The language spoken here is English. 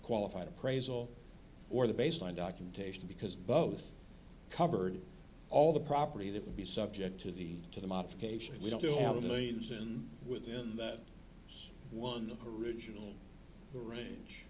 qualified appraisal or the baseline documentation because both covered all the property that would be subject to the to the modification we don't have a believes in within that one the original range